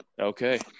Okay